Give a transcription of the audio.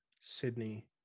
sydney